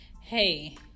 Hey